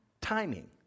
timing